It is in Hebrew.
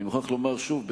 ואני מוכרח לומר שוב,